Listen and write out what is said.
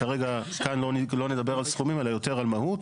כאן לא נדבר על סכומים אלא יותר על מהות,